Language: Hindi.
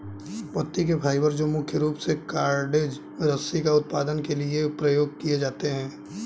पत्ती के फाइबर जो मुख्य रूप से कॉर्डेज रस्सी का उत्पादन के लिए उपयोग किए जाते हैं